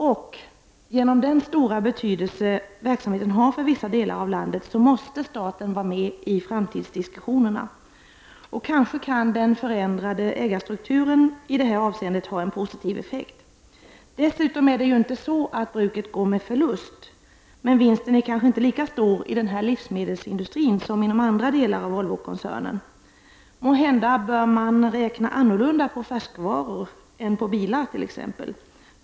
Och genom den stora betydelse verksamheten har för vissa delar av landet måste staten vara med i framtidsdiskussionerna. Kanske kan den förändrade ägarstrukturen i detta avseende ha en positiv effekt. Dessutom är det ju inte så att bruket går med förlust. Vinsten är kanske inte lika stor i denna livsmedelsindustri som inom andra delar av Volvo-koncernen. Måhända bör man räkna annorlunda på färskvaror än på t.ex. bilar?